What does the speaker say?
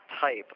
type